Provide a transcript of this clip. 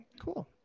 Cool